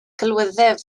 celwyddau